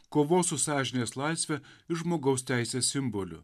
kovos su sąžinės laisve ir žmogaus teisės simboliu